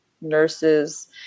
nurses